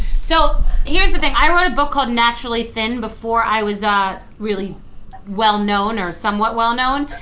so here's the thing, i wrote a book called naturally thin before i was a really well known, or somewhat well known,